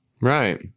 Right